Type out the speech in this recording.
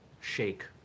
shake